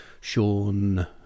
Sean